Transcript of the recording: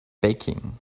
baking